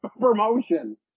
promotion